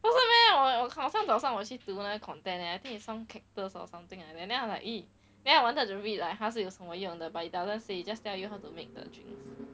不是 meh or 我我早上有去读那个 content leh I think it's some cactus or something like that and then I'm like !ee! then I wanted to read like 它是有什么用的 but it doesn't say it just tell you how to make the drink